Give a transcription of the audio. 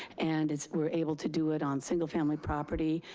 and we're able to do it on single family property.